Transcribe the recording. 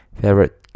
favorite